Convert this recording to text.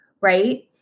right